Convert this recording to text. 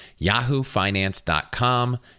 yahoofinance.com